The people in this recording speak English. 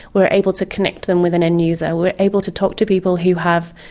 we are able to connect them with an end user. we are able to talk to people who have,